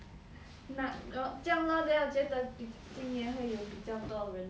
but err 这样 lor then 我觉得今年又比较多人